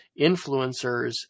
influencers